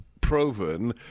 proven